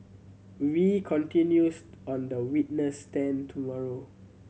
wee continues on the witness stand tomorrow